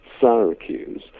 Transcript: Syracuse